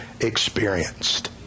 experienced